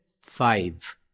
Five